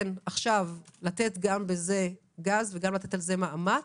עכשיו לתת גם בזה גז וגם לתת על זה מאמץ,